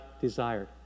desired